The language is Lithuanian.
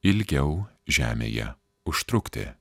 ilgiau žemėje užtrukti